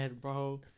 bro